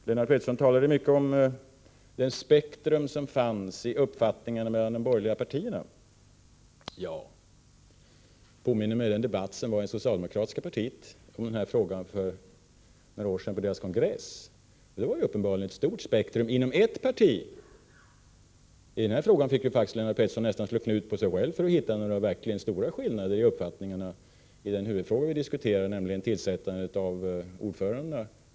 Vidare talade Lennart Pettersson mycket om det spektrum av uppfattningar som fanns i de borgerliga partierna. Jag påminner mig den debatt i den här frågan som fördes inom det socialdemokratiska partiet på dess kongress för några år sedan. Där var det uppenbarligen ett stort spektrum av åsikter, och det var inom ett enda parti. I den debatt som nu förts fick Lennart Pettersson nästan slå knut på sig själv för att hitta några verkligt stora skillnader i uppfattningarna när det gäller huvudfrågan, nämligen tillsättandet av ordförandena.